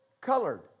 colored